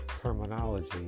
terminology